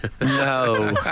no